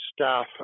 staff